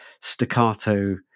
staccato